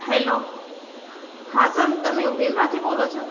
hello હા સમ તમે ઉબેરમાંથી બોલો છો